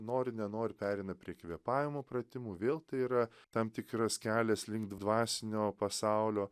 nori nenori pereina prie kvėpavimo pratimų vėl tai yra tam tikras kelias link dvasinio pasaulio